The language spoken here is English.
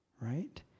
Right